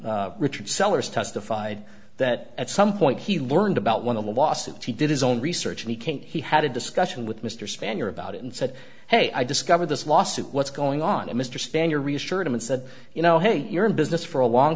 victim richard sellers testified that at some point he learned about one of the lawsuits he did his own research and he came he had a discussion with mr spanier about it and said hey i discovered this lawsuit what's going on and mr spanier reassured him and said you know hey you're in business for a long